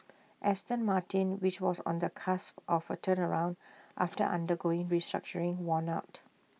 Aston Martin which was on the cusp of A turnaround after undergoing restructuring won out